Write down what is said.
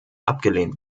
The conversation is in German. abgelehnt